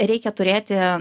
reikia turėti